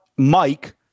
Mike